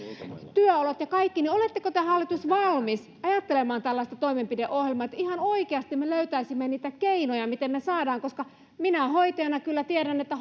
työolot ja kaikki oletteko te hallitus valmis ajattelemaan tällaista toimenpideohjelmaa että ihan oikeasti me löytäisimme niitä keinoja miten me saamme hoitajia koska minä hoitajana kyllä tiedän että